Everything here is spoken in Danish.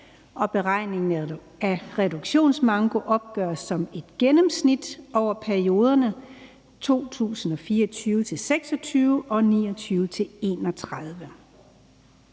beregningen af reduktionsmankoen opgøres som et gennemsnit over perioderne 2024-2026 og 2029-2031.